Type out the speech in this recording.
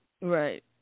Right